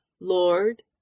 Lord